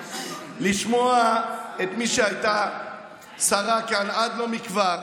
לשמוע את מי שהייתה שרה כאן עד לא מכבר,